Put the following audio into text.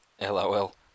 LOL